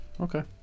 Okay